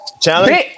Challenge